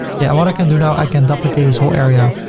yeah. what i can do now, i can duplicate this whole area